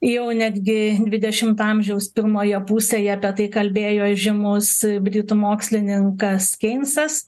jau netgi dvidešimto amžiaus pirmoje pusėje apie tai kalbėjo įžymus britų mokslininkas keinsas